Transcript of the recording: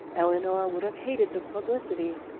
eleanor would have hated the publicity,